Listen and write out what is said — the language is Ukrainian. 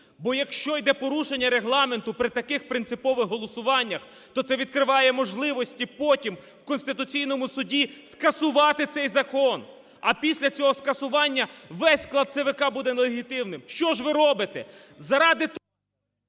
Бо якщо іде порушення регламенту при таких принципових голосуваннях, то це відкриває можливості потім в Конституційному Суді скасувати цей закон. А після цього скасування весь склад ЦВК буде нелегітимним. Що ж ви робите?